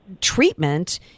treatment